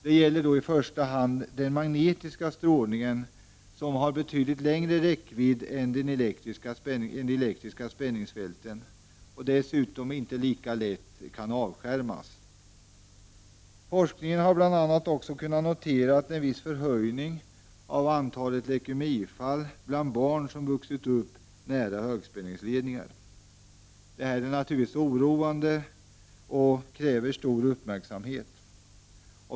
Det gäller då i första hand den magnetiska strålningen som har betydligt längre räckvidd än de elektriska spänningsfälten och som dessutom inte lika lätt kan avskärmas. Forskningen har bl.a. kunnat notera en viss förhöjning av antalet leukemifall bland barn som vuxit upp nära större högspänningsledningar. Det här är naturligtvis oroande och kräver stor uppmärksamhet.